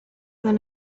than